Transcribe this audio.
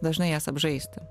dažnai jas apžaisti